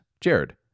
jared